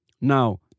Now